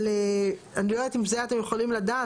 אני לא יודעת אם אתם יכולים לדעת,